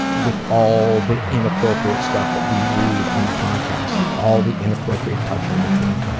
with all the inappropriate stuff that we read on the podcast, all the inappropriate touching between